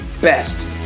best